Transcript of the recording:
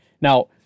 Now